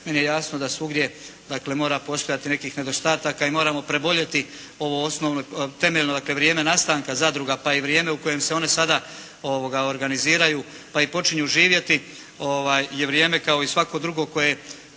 meni je jasno da svugdje dakle mora postojati nekih nedostataka i moramo preboljeti ovo osnovno, temeljno dakle vrijeme nastanka zadruga pa i vrijeme u kojem se one sada organiziraju, pa i počinju živjeti je vrijeme kao i svako drugo koje